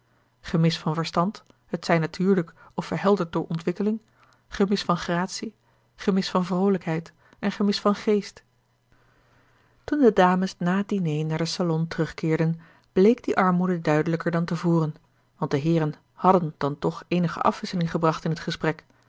gemis van verstand t zij natuurlijk of verhelderd door ontwikkeling gemis van gratie gemis van vroolijkheid en gemis van geest toen de dames na het diner naar den salon terugkeerden bleek die armoede duidelijker dan te voren want de heeren hàdden dan toch eenige afwisseling gebracht in het gesprek